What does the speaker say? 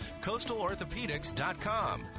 CoastalOrthopedics.com